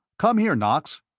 come here, knox!